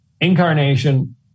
incarnation